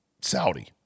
Saudi